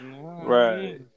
Right